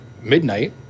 midnight